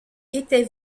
était